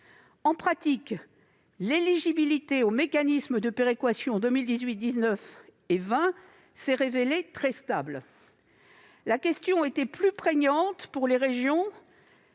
En pratique, l'éligibilité au mécanisme de péréquation en 2018, 2019 et 2020 s'est révélée très stable. La question était plus prégnante pour les régions,